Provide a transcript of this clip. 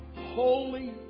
holy